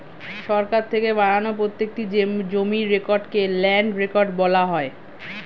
সরকার থেকে বানানো প্রত্যেকটি জমির রেকর্ডকে ল্যান্ড রেকর্ড বলা হয়